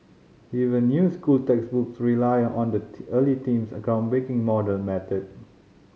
even new school textbooks rely on that early team's groundbreaking model method